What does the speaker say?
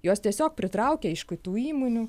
jos tiesiog pritraukia iš kitų įmonių